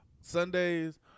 Sundays